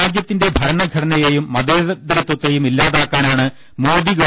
രാജൃത്തിന്റെ ഭരണഘടനയെയും മതേതരത്തെയും ഇല്ലാതാക്കാനാണ് മോദി ഗവ